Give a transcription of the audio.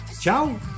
Ciao